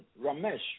Ramesh